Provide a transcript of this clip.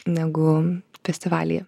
negu festivalyje